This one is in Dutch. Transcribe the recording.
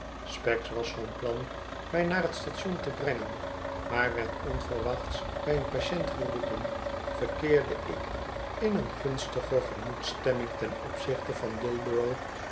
was van plan mij naar t station te brengen maar werd onverwachts bij een patiënt geroepen verkeerde ikinecngunstigergemoedsstemmingtenopzichte van d